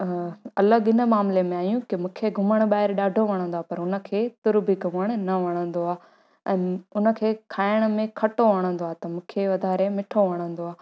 अलॻि इन मामले में आहियूं कि मूंखे घुमणु ॿाहिरि ॾाढो वणंदो आहे पर उन खे तुर बि घुमण न वणंदो आहे ऐं उन खे खाइण में खटो वणंदो आहे त मूंखे वाधारे मिठो वणंदो आहे